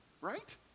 right